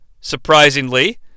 surprisingly